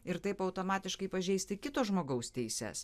ir taip automatiškai pažeisti kito žmogaus teises